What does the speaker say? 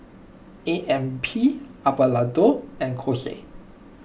A M P Hada Labo and Kose